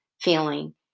feeling